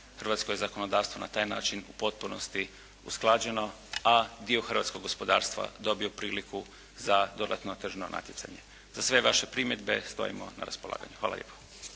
hrvatsko je zakonodavstvo na taj način u potpunosti usklađeno a dio hrvatskog gospodarstva dobio priliku za dodatno tržno natjecanje. Za sve vaše primjedbe stojimo na raspolaganju. Hvala lijepo.